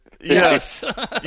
Yes